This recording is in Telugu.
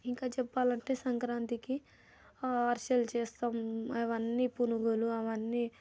ఇంకా చెప్పాలంటే సంక్రాంతికి అరిసెలు చేస్తాం అవన్నీ పునుగులు అవన్నీ